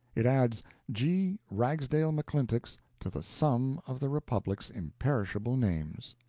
it adds g. ragsdale mcclintock's to the sum of the republic's imperishable names.